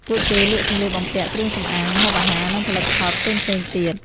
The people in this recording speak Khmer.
ពួកគេលក់សម្លៀកបំពាក់ គ្រឿងសម្អាង ម្ហូបអាហារ និងផលិតផលផ្សេងៗទៀត។